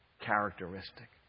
characteristic